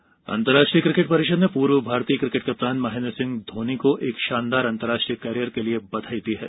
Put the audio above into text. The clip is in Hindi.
आईसीसी धोनी अंतरराष्ट्रीय क्रिकेट परिषद ने पूर्व भारतीय किकेट कप्तान महेंद्र सिंह धोनी को एक शानदार अंतरराष्ट्रीय केरियर के लिए बधाई दी है